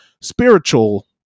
spiritual